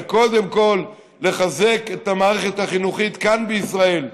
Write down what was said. וקודם כול לחזק את המערכת החינוך כאן בישראל,